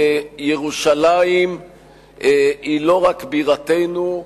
ירושלים היא לא רק בירתנו,